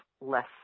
less